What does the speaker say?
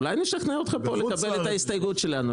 אולי נשכנע אותך לקבל את ההסתייגות שלנו,